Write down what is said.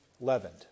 leavened